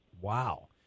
Wow